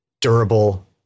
durable